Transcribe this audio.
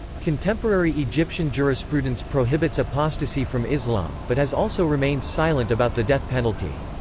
contemporary egyptian jurisprudence prohibits apostasy from islam, but has also remained silent about the death penalty.